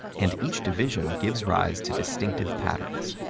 and each division gives rise to distinctive patterns.